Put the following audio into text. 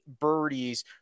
birdies